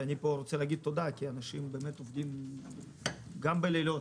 אני רוצה להגיד תודה כי אנשים עובדים גם בלילות